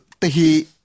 tehi